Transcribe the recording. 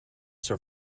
sir